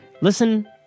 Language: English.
listen